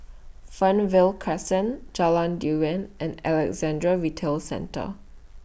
Fernvale Crescent Jalan Durian and Alexandra Retail Centre